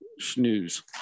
snooze